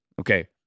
Okay